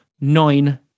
nine